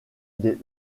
des